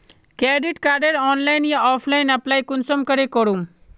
Credit कार्डेर online या offline apply कुंसम करे करूम?